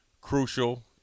crucial